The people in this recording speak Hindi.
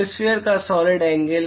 हेमिस्फेयर का सॉलिड एंगल